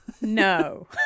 No